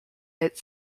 hit